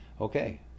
okay